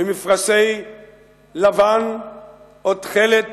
במפרשי לבן או תכלת,